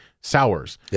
sours